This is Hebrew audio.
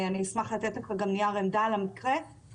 אשמח לתת לך גם נייר עמדה על הדבר.